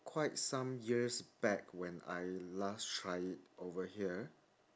quite some years back when I last tried it over here